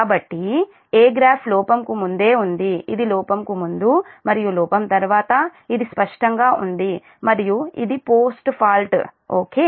కాబట్టి 'A' graph లోపంకు ముందే ఉంది ఇది లోపంకు ముందు మరియు లోపం తర్వాత ఇది స్పష్టంగా ఉంది మరియు ఇది పోస్ట్ ఫాల్ట్ ఓకే